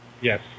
Yes